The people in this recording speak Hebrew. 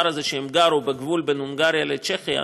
שהם גרו בו בגבול בין הונגריה לצ'כיה,